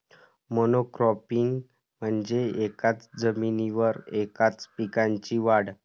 monocropping म्हणजे एकाच जमिनीवर एकाच पिकाची वाढ